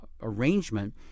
arrangement